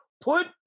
Put